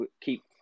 keep